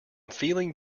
feeling